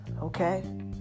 Okay